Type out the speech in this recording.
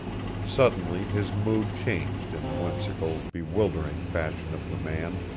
suddenly his mood changed in the whimsical, bewildering fashion of the man.